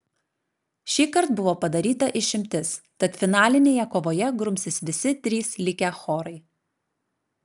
šįkart buvo padaryta išimtis tad finalinėje kovoje grumsis visi trys likę chorai